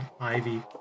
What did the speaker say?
ivy